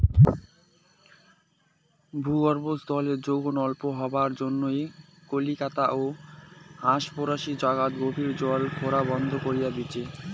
ভূগর্ভস্থ জলের যোগন অল্প হবার জইন্যে কলিকাতা ও আশপরশী জাগাত গভীর কল খোরা বন্ধ করি দিচে